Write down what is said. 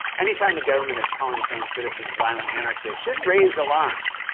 any time a government is calling its own citizens violent anarchists should raise alarms.